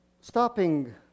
stopping